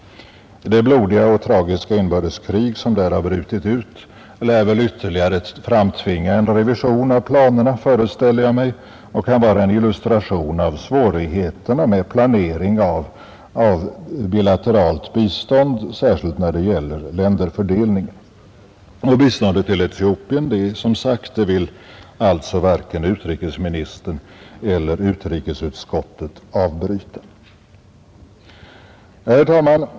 Det blodiga och tragiska inbördeskrig som där har brutit ut lär väl framtvinga en ytterligare revision av planerna, föreställer jag mig, och det kan illustrera svårigheterna med planering av bilateralt bistånd, särskilt när det gäller länderfördelningen. Biståndet till Etiopien vill som sagt varken utrikesministern eller utrikesutskottet avbryta.